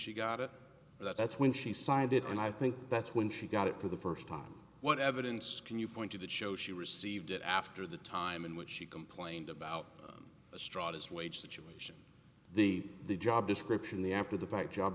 she got it that's when she signed it and i think that's when she got it for the first time what evidence can you point to that show she received it after the time in which she complained about a strong as wage situation the the job description the after the fact job